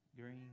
Green